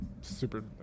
Super